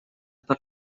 per